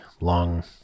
long